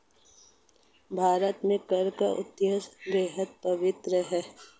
भारत में कर का उद्देश्य बेहद पवित्र है